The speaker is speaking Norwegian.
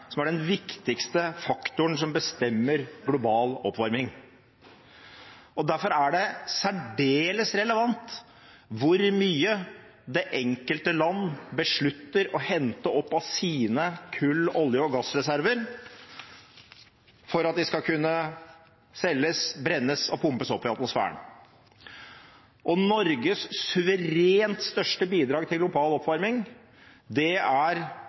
er den viktigste faktoren som bestemmer global oppvarming. Derfor er det særdeles relevant hvor mye det enkelte land beslutter å hente opp av sine kull-, olje- og gassreserver for å kunne selges, brennes og pumpes opp i atmosfæren. Norges suverent største bidrag til global oppvarming er